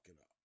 up